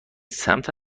سمت